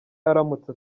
aramutse